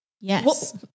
Yes